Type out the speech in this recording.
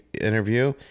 interview